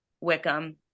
Wickham